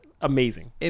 amazing